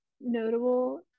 notable